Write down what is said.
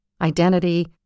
identity